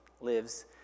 lives